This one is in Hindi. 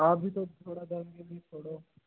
आप भी तो थोड़ा धर्म के लिए छोड़ो